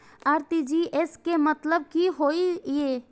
RTGS के मतलब की होय ये?